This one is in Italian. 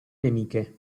nemiche